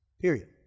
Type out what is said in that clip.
period